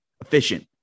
Efficient